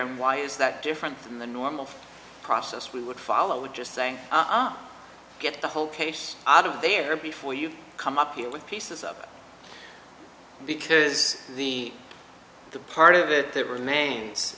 and why is that different from the normal process we would follow it just saying i get the whole case out of there before you come up here with pieces up because the the part of it that remains